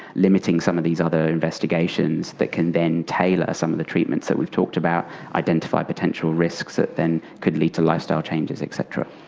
limiting some of these other investigations that can then tailor some of the treatments that we've talked about, identify potential risks that then could lead to lifestyle changes, et cetera.